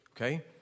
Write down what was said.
okay